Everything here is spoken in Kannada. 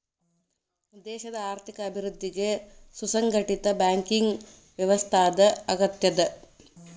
ದೇಶದ್ ಆರ್ಥಿಕ ಅಭಿವೃದ್ಧಿಗೆ ಸುಸಂಘಟಿತ ಬ್ಯಾಂಕಿಂಗ್ ವ್ಯವಸ್ಥಾದ್ ಅಗತ್ಯದ